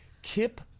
Kip